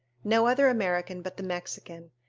no other american but the mexican,